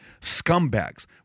scumbags